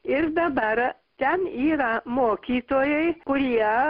ir dabar ten yra mokytojai kurie